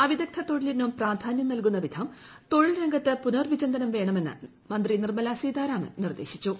അവിദഗ്ധ തൊഴിലിനും പ്രാധാനൃം നല്കുന്ന വിധം തൊഴിൽ രംഗത്ത് പുനർ വിചിന്തനം വേണമെന്ന് മന്ത്രി നിർമ്മലാ സീതാരാമൻ നിർദ്ദേശിച്ചു